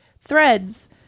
Threads